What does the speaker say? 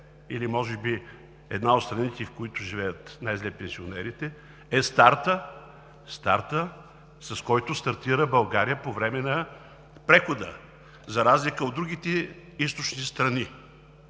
или може би една от страните, в които живеят най-зле пенсионерите, е стартът, с който стартира България по време на прехода за разлика от другите източни страни.